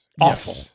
awful